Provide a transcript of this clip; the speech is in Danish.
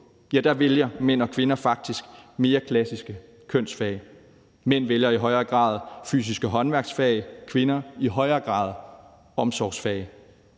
vil gå, vælger mænd og kvinder faktisk mere klassiske kønsfag. Mænd vælger i højere grad fysiske håndværksfag, og kvinder i højere grad omsorgsfag.